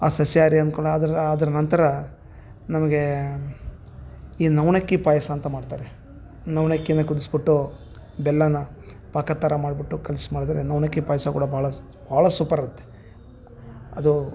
ಆ ಸಸ್ಯಹಾರಿ ಅನ್ಕುಡ ಅದರ ಅದ್ರ ನಂತರ ನಮಗೆ ಈ ನವಣಕ್ಕಿ ಪಾಯಸ ಅಂತ ಮಾಡ್ತಾರೆ ನವಣಕ್ಕಿ ಕುದಿಸ್ಬಿಟ್ಟು ಬೆಲ್ಲ ಪಾಕದ ಥರ ಮಾಡಿಬಿಟ್ಟು ಕಲ್ಸಿ ಮಾಡಿದರೆ ನವ್ಣಕ್ಕಿ ಪಾಯಸ ಕೂಡ ಭಾಳ ಭಾಳ ಸೂಪರಿರುತ್ತೆ ಅದು